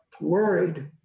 worried